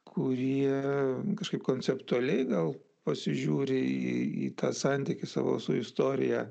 kurie kažkaip konceptualiai gal pasižiūri į tą santykį savo su istorija